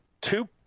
two